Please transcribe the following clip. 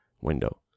window